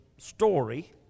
story